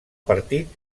partit